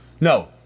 no